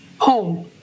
home